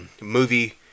movie